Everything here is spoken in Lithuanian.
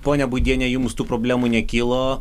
ponia būdiene jums tų problemų nekilo